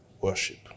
worship